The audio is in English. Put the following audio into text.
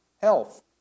health